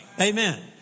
Amen